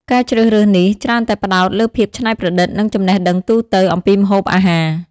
ការជ្រើសរើសនេះច្រើនតែផ្តោតលើភាពច្នៃប្រឌិត និងចំណេះដឹងទូទៅអំពីម្ហូបអាហារ។